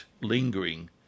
lingering